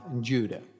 Judah